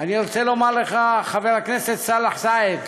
אני רוצה לומר לך, חבר הכנסת סאלח סעד,